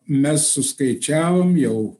mes suskaičiavom jau